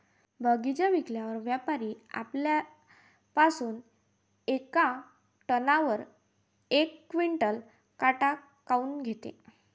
बगीचा विकल्यावर व्यापारी आपल्या पासुन येका टनावर यक क्विंटल काट काऊन घेते?